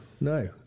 no